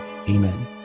Amen